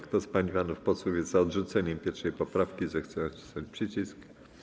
Kto z pań i panów posłów jest za odrzuceniem 1. poprawki, zechce nacisnąć przycisk.